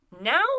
now